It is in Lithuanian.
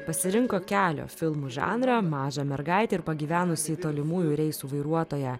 pasirinko kelio filmų žanrą mažą mergaitę ir pagyvenusį tolimųjų reisų vairuotoją